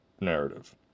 narrative